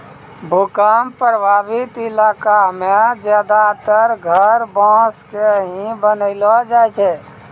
भूकंप प्रभावित इलाका मॅ ज्यादातर घर बांस के ही बनैलो जाय छै